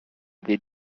des